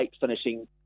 finishing